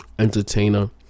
entertainer